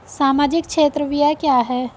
सामाजिक क्षेत्र व्यय क्या है?